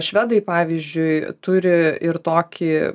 švedai pavyzdžiui turi ir tokį